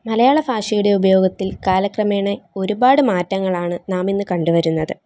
മലയാള ഭാഷയുടെ ഉപയോഗത്തിൽ കാലക്രമേണ ഒരുപാട് മാറ്റങ്ങളാണ് നാം ഇന്ന് കണ്ടുവരുന്നത്